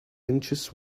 inches